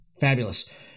Fabulous